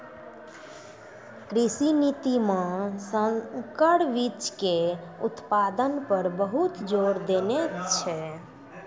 कृषि नीति मॅ संकर बीच के उत्पादन पर बहुत जोर देने छै